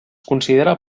considera